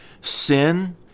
sin